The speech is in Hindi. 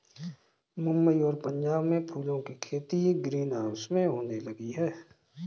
मुंबई और पंजाब में फूलों की खेती ग्रीन हाउस में होने लगी है